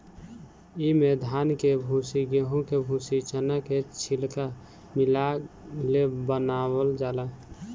इमे धान के भूसी, गेंहू के भूसी, चना के छिलका मिला ले बनावल जाला